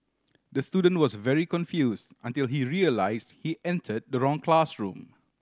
the student was very confused until he realised he entered the wrong classroom